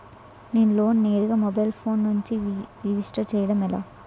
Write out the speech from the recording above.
నేను లోన్ నేరుగా mobile phone నుంచి రిజిస్టర్ చేయండి ఎలా?